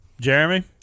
Jeremy